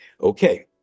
okay